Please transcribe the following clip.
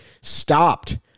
stopped